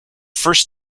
first